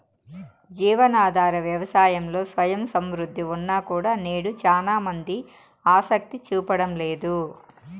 జీవనాధార వ్యవసాయంలో స్వయం సమృద్ధి ఉన్నా కూడా నేడు చానా మంది ఆసక్తి చూపడం లేదు